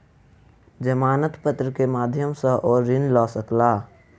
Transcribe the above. जमानत पत्र के माध्यम सॅ ओ ऋण लय सकला